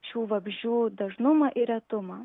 šių vabzdžių dažnumą ir retumą